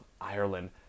Ireland